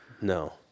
No